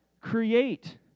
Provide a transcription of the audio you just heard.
create